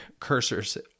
cursors